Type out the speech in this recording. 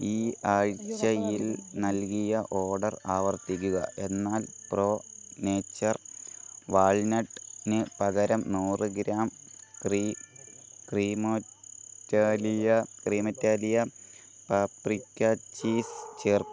ഈ ആഴ്ചയിൽ നൽകിയ ഓർഡർ ആവർത്തിക്കുക എന്നാൽ പ്രോ നേച്ചർ വാൾനട്ടിന് പകരം നൂറ് ഗ്രാം ക്രീ ക്രീമോറ്റാലിയ ക്രീമെറ്റാലിയ പാപ്രിക ചീസ് ചേർക്കുക